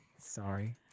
Sorry